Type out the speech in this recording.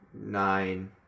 nine